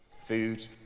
Food